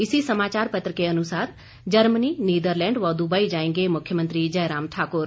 इसी समाचार पत्र के अनुसार जर्मनी नीदरलैंड व दुबई जाएंगे मुख्यमंत्री जयराम ठाकुर